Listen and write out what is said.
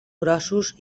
grossos